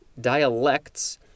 dialects